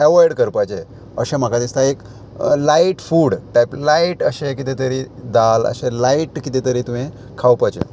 avoid करपाचें अशें म्हाका दिसता एक लायट फूड टायप लायट अशें कितें तरी दाल अशें लायट कितें तरी तुवें खावपाचें